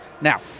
Now